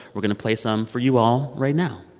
we're going to play some for you all right now